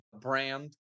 brand